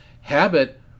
habit